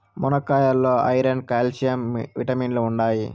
మునక్కాయాల్లో iron, calcium విటమిన్లు ఉంటాయి